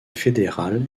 fédérale